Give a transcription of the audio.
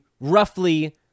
roughly